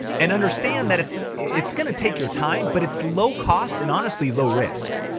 and understand that it's it's gonna take your time, but it's low cost and honestly low risk.